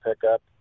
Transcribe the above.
pickup